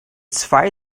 zwei